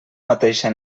mateixa